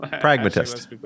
Pragmatist